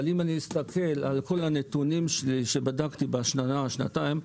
אבל אם אסתכל על כל הנתונים שבדקתי בשנה-שנתיים האחרונות,